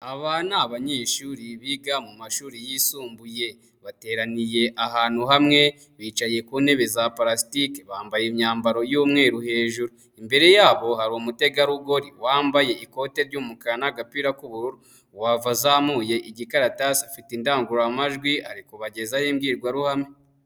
Aba ni abanyeshuri biga mu mashuri yisumbuye bateraniye ahantu hamwe bicaye ku ntebe za pulasitiki bambaye imyambaro y'umweru hejuru, imbere yabo hari umutegarugori wambaye ikote ry'umukara n'agapira k'uburur,u wazamuye igikaratasi afite indangururamajwi ari kubagezaho imbwirwaruhame.